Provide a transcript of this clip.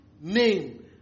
name